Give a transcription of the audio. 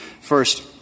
First